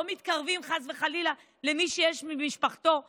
לא מתקרבים, חס וחלילה, למי שיש במשפחתו מתאבד.